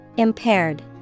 Impaired